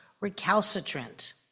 recalcitrant